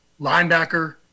linebacker